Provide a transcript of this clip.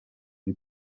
più